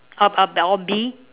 up up down oh bee